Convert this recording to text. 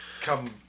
Come